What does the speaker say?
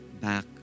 back